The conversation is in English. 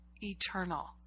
eternal